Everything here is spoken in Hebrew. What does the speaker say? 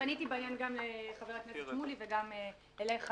פניתי בעניין גם לחבר הכנסת שמולי וגם אליך,